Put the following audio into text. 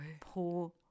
Poor